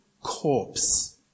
corpse